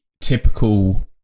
typical